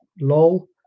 Lol